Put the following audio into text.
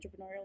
entrepreneurial